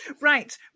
Right